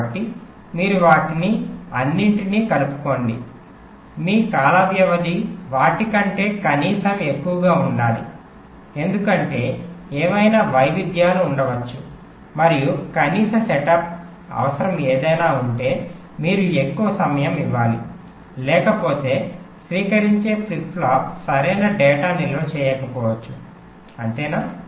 కాబట్టి మీరు వాటిని అన్నింటినీ కలుపుకోండి మీ కాల వ్యవధి వాటి కంటే కనీసం ఎక్కువగా ఉండాలి ఎందుకంటే ఏవైనా వైవిధ్యాలు ఉండవచ్చు మరియు కనీస సెటప్ అవసరం ఏదైనా ఉంటే మీరు ఎక్కువ సమయం ఇవ్వాలి లేకపోతే స్వీకరించే ఫ్లిప్ ఫ్లాప్ సరైన డేటా నిల్వ చేయకపోవచ్చు అంతేనా